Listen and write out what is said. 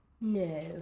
No